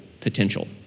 potential